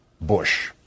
Bush